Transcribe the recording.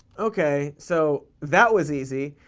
okay, so, that was easy.